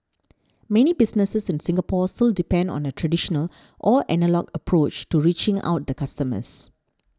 many businesses in Singapore still depend on a traditional or analogue approach to reaching out to customers